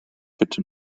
bitte